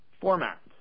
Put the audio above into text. format